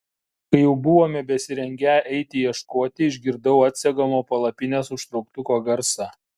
kai jau buvome besirengią eiti ieškoti išgirdau atsegamo palapinės užtrauktuko garsą